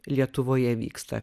lietuvoje vyksta